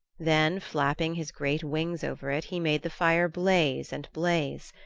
then flapping his great wings over it, he made the fire blaze and blaze.